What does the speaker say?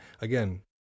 again